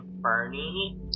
Bernie